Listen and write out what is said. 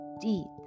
deep